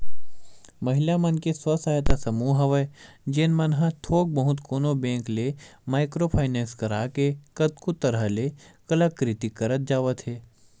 महिला मन के स्व सहायता समूह हवय जेन मन ह थोक बहुत कोनो बेंक ले माइक्रो फायनेंस करा के कतको तरह ले कलाकृति करत जावत हे